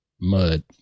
mud